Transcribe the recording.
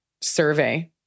survey